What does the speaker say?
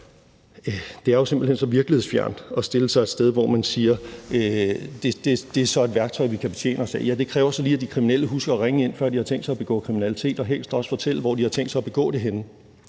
det er jo simpelt hen så virkelighedsfjernt at stille sig et sted, hvor man siger: Det er så et værktøj, vi kan betjene os af. Ja, men det kræver så lige, at de kriminelle husker at ringe ind, før de har tænkt sig at begå kriminalitet, og helst også fortæller, hvor de har tænkt sig at begå den henne.